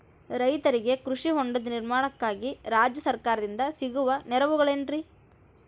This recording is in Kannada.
ರೈತರಿಗೆ ಕೃಷಿ ಹೊಂಡದ ನಿರ್ಮಾಣಕ್ಕಾಗಿ ರಾಜ್ಯ ಸರ್ಕಾರದಿಂದ ಸಿಗುವ ನೆರವುಗಳೇನ್ರಿ?